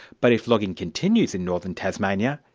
but if logging continues in northern tasmania,